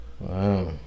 Wow